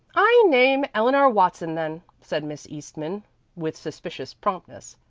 i name eleanor watson, then, said miss eastman with suspicious promptness.